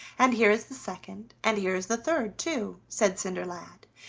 and here is the second, and here is the third, too, said cinderlad,